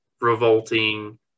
revolting